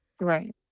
Right